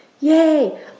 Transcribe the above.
yay